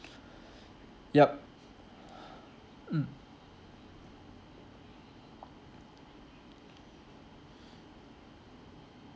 yup mm